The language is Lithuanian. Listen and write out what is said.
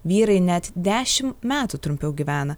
vyrai net dešim metų trumpiau gyvena